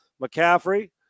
McCaffrey